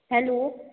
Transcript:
hello